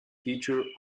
featured